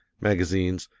magazines,